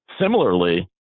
Similarly